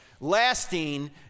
lasting